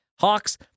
Hawks